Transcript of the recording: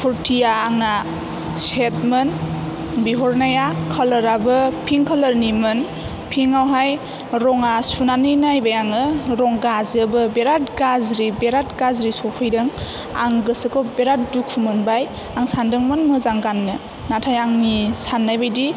खुरथिया आंना सेथ मोन बिहरनाया खालाराबो फिंक खालारनिमोन फिंक आवहाय रंआ सुनानै नायबाय आङो रं गाजोबो बिराथ गाज्रि बिराथ गाज्रि सफैदों आं गोसोखौ बिराथ दुखु मोनबाय आं सानदोंमोन मोजां गाननो नाथाय आंनि साननाय बायदि